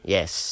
Yes